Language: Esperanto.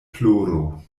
ploro